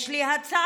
יש לי הצעה: